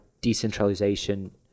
decentralization